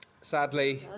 Sadly